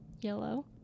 Yellow